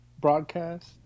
Broadcast